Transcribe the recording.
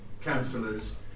councillors